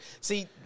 See